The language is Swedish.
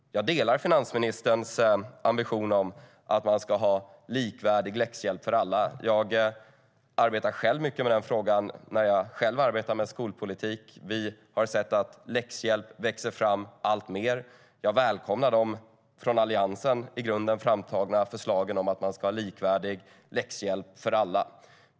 Jag delar finansministerns ambition att vi ska ha likvärdig läxhjälp för alla. Jag arbetade mycket med den frågan när jag själv arbetade med skolpolitik. Vi har sett att läxhjälp växer fram alltmer. Jag välkomnar de i grunden av Alliansen framtagna förslagen om likvärdig läxhjälp för alla.